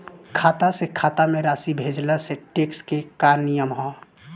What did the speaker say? खाता से खाता में राशि भेजला से टेक्स के का नियम ह?